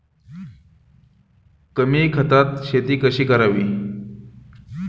कमी खतात शेती कशी करावी?